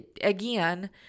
again